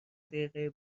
دقیقه